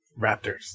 raptors